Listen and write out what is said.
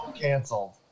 canceled